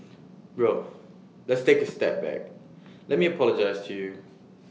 bro let's take A step back let me apologise to you